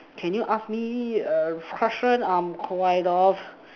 can you ask me a question I am quite of